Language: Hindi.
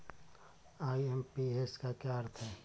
आई.एम.पी.एस का क्या अर्थ है?